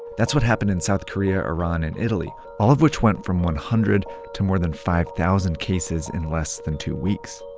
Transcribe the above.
that's what happened in south korea, iran, and italy, all of which went from one hundred to more than five thousand cases in less than two weeks.